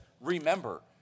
remember